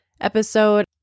episode